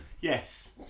Yes